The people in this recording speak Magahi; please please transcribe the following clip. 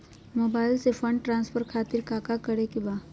मोबाइल से फंड ट्रांसफर खातिर काका करे के बा?